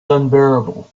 unbearable